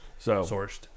sourced